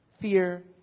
fear